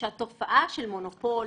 שהתופעה של מונופול,